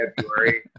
February